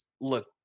look